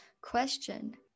question